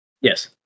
Yes